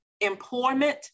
employment